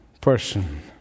person